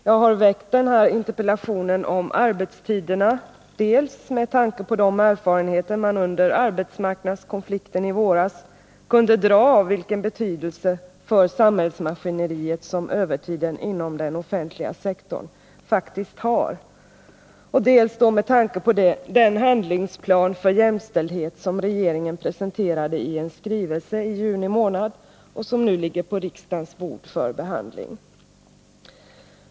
Jag har väckt den här interpellationen om arbetstiderna dels med tanke på de erfarenheter man under arbetsmarknadskonflikten i våras kunde dra i fråga om vilken betydelse för samhällsmaskineriet som övertiden inom den offentliga sektorn faktiskt har, dels med tanke på den handlingsplan för jämställdhet som regeringen presenterade i en skrivelse i juni månad och som nu ligger på riksdagens bord för behandling.